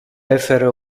έφερε